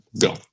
Go